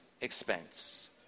expense